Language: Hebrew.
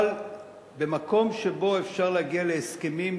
אבל במקום שבו אפשר להגיע להסכמים,